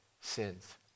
sins